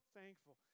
thankful